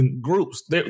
groups